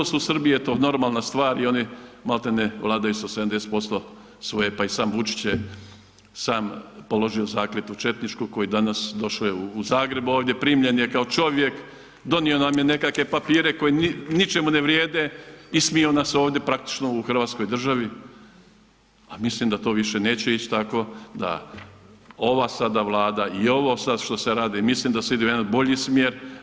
Nažalost u Srbiji je to normalna stvar i oni maltene vladaju sa 70% svoje, pa i sam Vučić je sam položio zakletvu četničku koju danas, došao je u Zagreb ovdje, primljen je kao čovjek, donio nam je nekakve papire koji ničemu ne vrijede, ismijao nas ovdje, praktično u hrvatskoj državi, a mislim da to više neće ići tako, da ova sada Vlada i ovo sad što se radi, mislim da se ide u jedan bolji smjer.